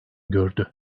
gördü